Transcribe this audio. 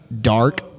Dark